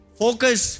focus